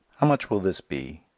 how much will this be?